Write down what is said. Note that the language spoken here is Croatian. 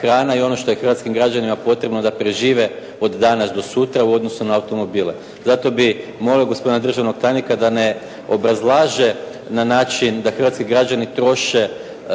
hrana i ono što je hrvatskim građanima potrebno da prežive od danas do sutra u odnosu na automobile. Zato bih molio gospodina državnog tajnika da ne obrazlaže na način da hrvatski građani troše